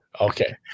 Okay